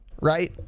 right